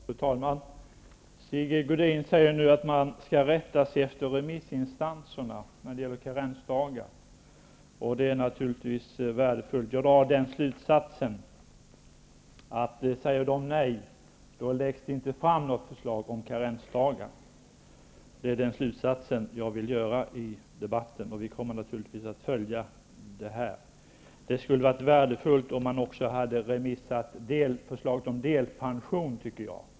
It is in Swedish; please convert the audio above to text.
Fru talman! Sigge Godin säger att man skall rätta sig efter remissinstanserna när det gäller karensdagar. Det är naturligtvis värdefullt. Jag drar den slutsatsen att om de säger nej, läggs inte något förslag om karensdagar fram. Det är den slutsats jag drar av debatten. Vi kommer naturligtvis att följa detta. Det skulle ha varit värdefullt om man hade skickat också förslaget om delpension på remiss.